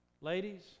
Ladies